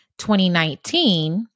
2019